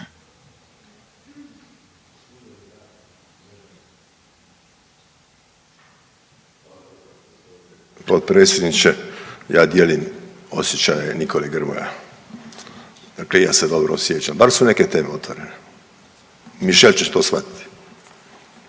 Potpredsjedniče. Ja dijelim osjećaje Nikole Grmoja, dakle i ja se dobro osjećam. Dal su neke teme otvorene? Mišel će to shvatiti.